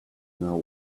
now